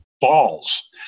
balls